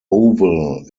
oval